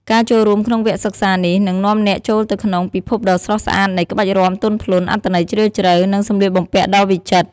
ការចូលរួមក្នុងវគ្គសិក្សានេះ នឹងនាំអ្នកចូលទៅក្នុងពិភពដ៏ស្រស់ស្អាតនៃ ក្បាច់រាំទន់ភ្លន់ អត្ថន័យជ្រាលជ្រៅ និងសម្លៀកបំពាក់ដ៏វិចិត្រ។